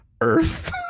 Earth